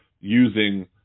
using –